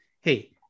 Hey